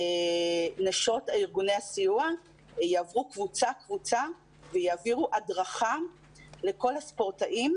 נשות ארגוני הסיוע יעברו קבוצה-קבוצה ויעבירו הדרכה לכל הספורטאים,